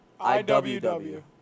I-W-W